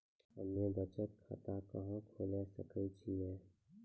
हम्मे बचत खाता कहां खोले सकै छियै?